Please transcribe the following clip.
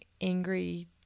angry